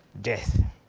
death